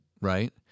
right